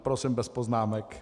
Prosím, bez poznámek.